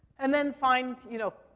and then find, you know,